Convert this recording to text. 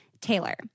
taylor